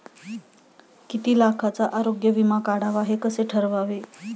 किती लाखाचा आरोग्य विमा काढावा हे कसे ठरवावे?